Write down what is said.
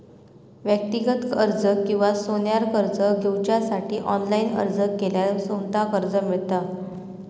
व्यक्तिगत कर्ज किंवा सोन्यार कर्ज घेवच्यासाठी ऑनलाईन अर्ज केल्यार सोमता कर्ज मेळता